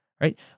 right